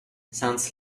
sounds